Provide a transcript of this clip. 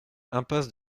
impasse